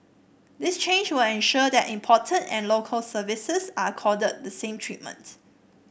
this change will ensure that imported and Local Services are accorded the same treatment